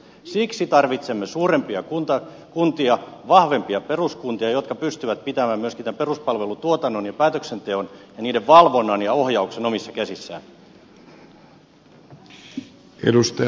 siksi tarvitsemme suurempia kuntia vahvempia peruskuntia jotka pystyvät pitämään myöskin peruspalvelutuotannon ja päätöksenteon ja niiden valvonnan ja ohjauksen omissa käsissään